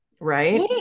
right